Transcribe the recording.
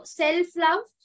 self-love